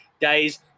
days